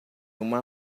uma